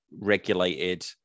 regulated